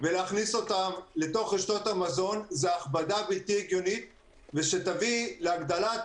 ולהכניס אותן לתוך רשתות המזון זאת הכבדה בלתי הגיונית שתביא להגדלת